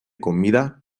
comida